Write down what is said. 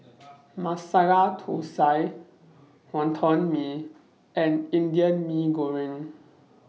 Masala Thosai Wonton Mee and Indian Mee Goreng